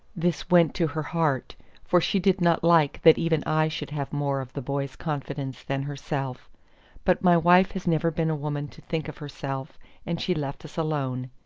this went to her heart for she did not like that even i should have more of the boy's confidence than herself but my wife has never been a woman to think of herself and she left us alone.